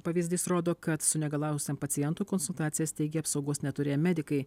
pavyzdys rodo kad sunegalavusiam pacientui konsultacijas teikė apsaugos neturėję medikai